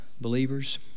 believers